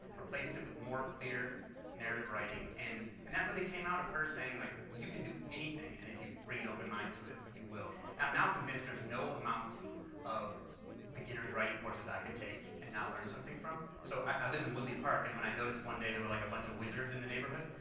replaced it with more clear narrative writing and and that really came out of there saying like, you could do anything and if you bring an open mind to it, you will. i'm now convinced there's no amount of beginners writing courses i could take and not learn something from. so i live in woodley park and when i noticed one day there were like a bunch wizards in the neighborhood